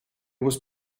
was